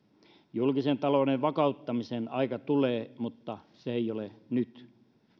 julkisen talouden vakauttamisen aika tulee mutta se ei ole nyt